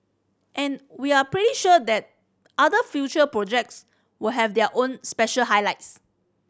and we are pretty sure that other future projects will have their own special highlights